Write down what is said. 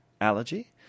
allergy